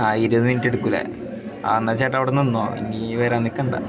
ആ ഇരുപത് മിനുറ്റെടുക്കുമല്ലേ ആ എന്നാൽ ചേട്ടനവിടെ നിന്നോ ഇനീ വരാൻ നിൽക്കണ്ട